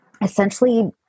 essentially